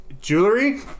jewelry